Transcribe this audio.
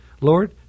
Lord